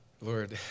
Lord